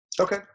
Okay